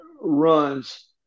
runs